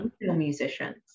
musicians